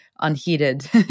unheated